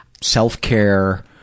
self-care